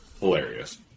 hilarious